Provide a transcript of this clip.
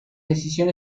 decisión